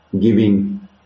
giving